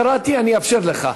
קראתי, אני אאפשר לך.